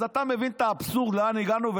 אז אתה מבין את האבסורד, לאן הגענו?